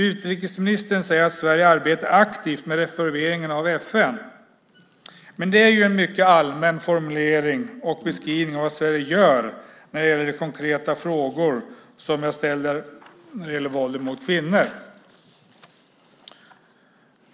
Utrikesministern säger att Sverige arbetar aktivt med reformeringen av FN, men det är ju en mycket allmän formulering och beskrivning av vad Sverige gör när det gäller de konkreta frågor som jag ställer om våldet mot kvinnor.